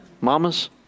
mamas